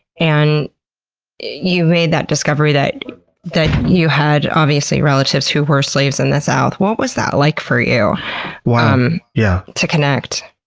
and you made that discovery that that you had, obviously, relatives who were slaves in the south. what was that like for you um yeah to connect?